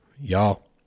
Y'all